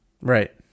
Right